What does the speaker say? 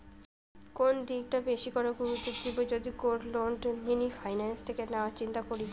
কোন দিকটা বেশি করে গুরুত্ব দেব যদি গোল্ড লোন মিনি ফাইন্যান্স থেকে নেওয়ার চিন্তা করি?